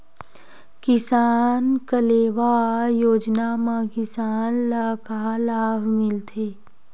किसान कलेवा योजना म किसान ल का लाभ मिलथे?